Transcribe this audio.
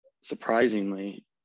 surprisingly